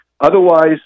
Otherwise